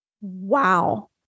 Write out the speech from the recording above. Wow